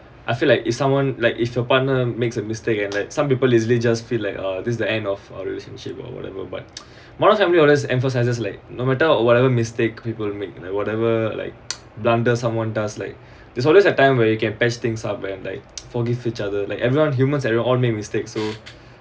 I feel like if someone like if your partner makes a mistake and like some people easily just feel like uh this is the end of our relationship or whatever but modern family always emphasises like no matter whatever mistake people make like whatever like blunder someone does like there's always a time where you can patch things up and like forgive each other like everyone humans all everyone all make mistakes so